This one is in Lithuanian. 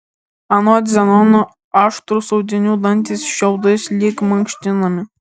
anot zenono aštrūs audinių dantys šiaudais lyg mankštinami